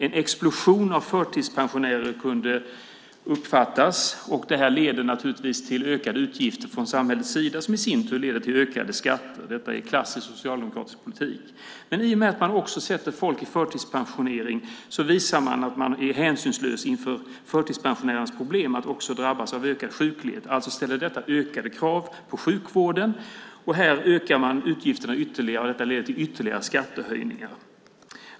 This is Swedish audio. En explosion av förtidspensionärer uppstod, och det leder naturligtvis till ökade utgifter från samhällets sida, vilket i sin tur leder till ökade skatter. Detta är klassisk socialdemokratisk politik. Men när man förtidspensionerar folk visar man att man också är hänsynslös inför förtidspensionärernas risk att drabbas av ökad sjuklighet. Detta ställer alltså ökade krav på sjukvården. Här ökar man utgifterna ytterligare, vilket leder till ytterligare skattehöjningar.